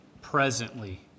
presently